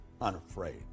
unafraid